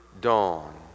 dawn